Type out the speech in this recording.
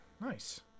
nice